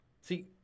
See